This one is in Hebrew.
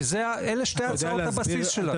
ואלה שתי הצעות הבסיס שלנו.